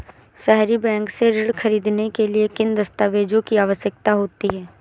सहरी बैंक से ऋण ख़रीदने के लिए किन दस्तावेजों की आवश्यकता होती है?